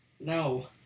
No